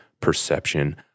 perception